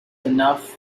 enough